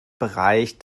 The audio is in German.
bereich